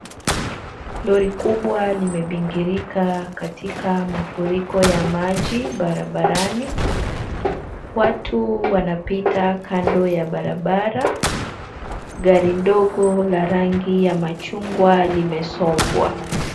Lori kubwa limebingirika katika mafuriko ya maji barabarani. Watu wanapita kando ya barabara. Gari ndogo la rangi ya machungwa limesombwa.